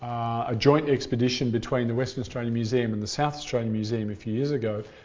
a joint expedition between the western australian museum and the south australian museum a few years ago,